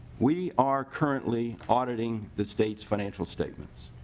we are currently auditing the state's financial statements.